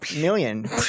million